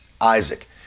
Isaac